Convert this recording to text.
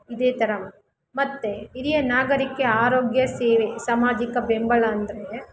ಇದೇ ಥರ ಮತ್ತು ಹಿರಿಯ ನಾಗರಿಕೆ ಆರೋಗ್ಯ ಸೇವೆ ಸಾಮಾಜಿಕ ಬೆಂಬಲ ಅಂದರೆ